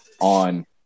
on